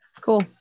cool